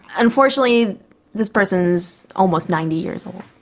unfortunately this person is almost ninety years old,